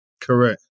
Correct